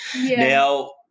Now